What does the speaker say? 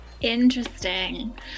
Interesting